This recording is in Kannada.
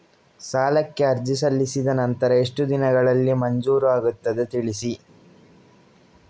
ಸಾಲಕ್ಕೆ ಅರ್ಜಿ ಸಲ್ಲಿಸಿದ ನಂತರ ಎಷ್ಟು ದಿನಗಳಲ್ಲಿ ಮಂಜೂರಾಗುತ್ತದೆ ತಿಳಿಸಿ?